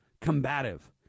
combative